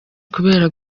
kubera